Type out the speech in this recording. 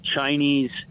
Chinese